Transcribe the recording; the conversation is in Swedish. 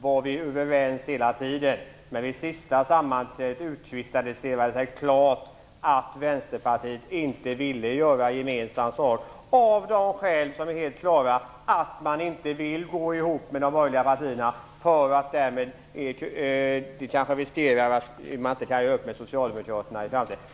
var vi hela tiden överens. Men vid det sista sammanträdet utkristalliserade det sig klart att Vänsterpartiet inte ville göra gemensam sak med oss av kända skäl. Man vill inte gå ihop med de borgerliga partierna, eftersom man då riskerar att man inte kan göra upp med socialdemokraterna i framtiden.